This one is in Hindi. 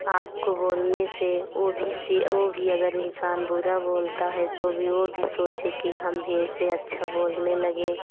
आपको बोलने से वो भी वो भी अगर इंसान बुरा बोलता है तो भी वो भी सोचें कि हम भी इसे अच्छा बोलने लगे